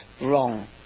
wrong